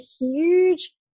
huge